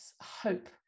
hope